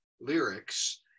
lyrics